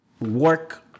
work